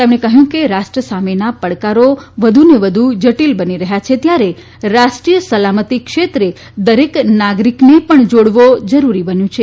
તેમણે કહ્યું કે રાષટ્ર સામેના પડકારો વધુને વધુ જટીલ બની રહ્યા છે ત્યારે રાષ્ટ્રીય સલામતી ક્ષેત્રે દરેક નાગરિકને પણ જોડવો જરૂરી બન્યું છે